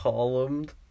Columned